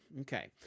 Okay